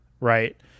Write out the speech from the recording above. Right